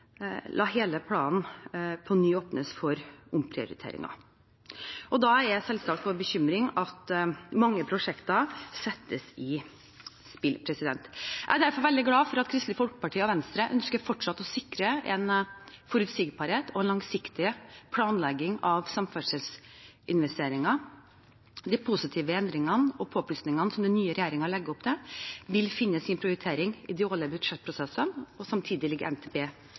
la hele planen på ny åpnes for omprioriteringer. Da er selvsagt vår bekymring at mange prosjekter settes i spill. Jeg er derfor veldig glad for at Kristelig Folkeparti og Venstre fortsatt ønsker å sikre forutsigbarhet og langsiktig planlegging av samferdselsinvesteringer. De positive endringene og påplussingene som regjeringen legger opp til, vil finne sin prioritering i de årlige budsjettprosessene. Samtidig ligger